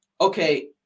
okay